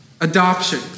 Adoption